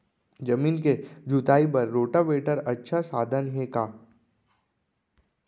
जमीन के जुताई बर रोटोवेटर अच्छा साधन हे का?